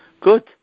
Good